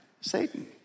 Satan